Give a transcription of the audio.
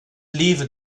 lever